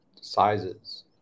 sizes